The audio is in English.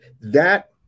That-